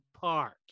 park